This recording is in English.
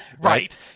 Right